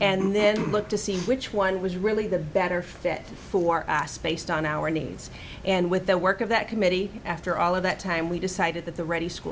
and then look to see which one was really the better fit for asked based on our needs and with the work of that committee after all of that time we decided that the ready school